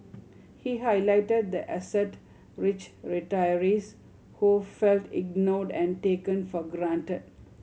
he highlighted the asset rich retirees who felt ignored and taken for granted